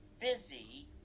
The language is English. busy